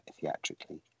theatrically